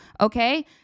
okay